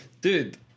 Dude